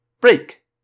Break